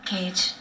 Cage